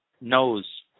knows